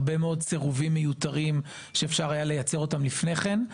הרבה מאוד סירובים מיותרים שאפשר היה לייצר אותם לפני כן,